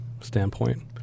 standpoint